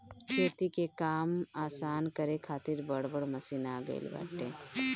खेती के काम आसान करे खातिर बड़ बड़ मशीन आ गईल बाटे